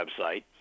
website